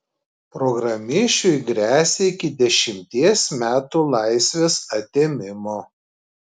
programišiui gresia iki dešimties metų laisvės atėmimo